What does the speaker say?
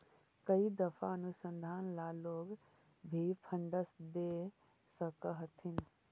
कई दफा अनुसंधान ला लोग भी फंडस दे सकअ हथीन